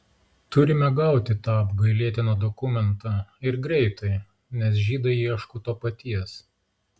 turime gauti tą apgailėtiną dokumentą ir greitai nes žydai ieško to paties